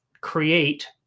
create